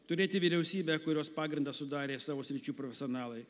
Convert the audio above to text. turėti vyriausybę kurios pagrindą sudarė savo sričių profesionalai